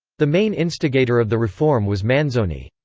the main instigator of the reform was manzoni.